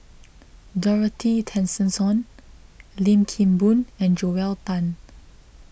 Dorothy Tessensohn Lim Kim Boon and Joel Tan